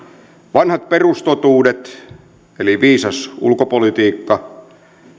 vanhat perustotuudet eli viisas ulkopolitiikka